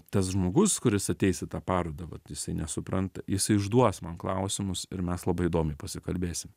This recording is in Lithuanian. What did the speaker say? tas žmogus kuris ateis į tą parodą vat jisai nesupranta jisai užduos man klausimus ir mes labai įdomiai pasikalbėsim